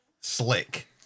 slick